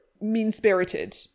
mean-spirited